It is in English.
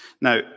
Now